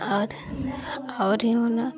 और और यू ना